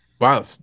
wow